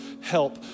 help